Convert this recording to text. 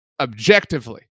objectively